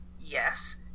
yes